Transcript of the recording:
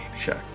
Check